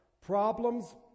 problems